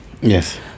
Yes